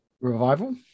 Revival